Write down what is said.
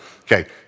Okay